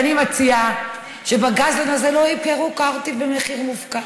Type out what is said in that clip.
אני מציעה שבגזלן הזה לא ימכרו קרטיב במחיר מופקע.